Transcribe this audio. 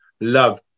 love